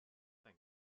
think